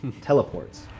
teleports